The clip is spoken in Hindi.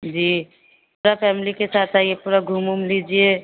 जी पूरी फैमिली के साथ आइए पूरा घूम ऊम लीजिए